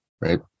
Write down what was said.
right